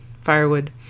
firewood